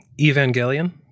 Evangelion